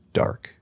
dark